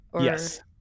Yes